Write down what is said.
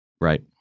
right